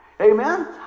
Amen